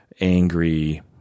angry